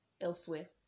elsewhere